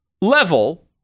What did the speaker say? level